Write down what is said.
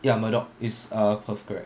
ya murdoch it's uh perth correct